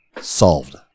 solved